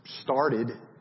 started